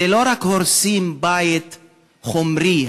לא רק הורסים בית חומרי,